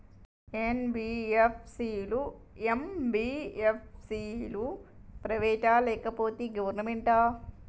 NBFC లు, MBFC లు private ఆ లేకపోతే గవర్నమెంటా?